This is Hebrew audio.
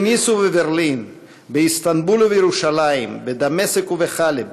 בניס ובברלין, באיסטנבול ובירושלים, בדמשק ובחלב,